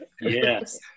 Yes